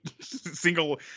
single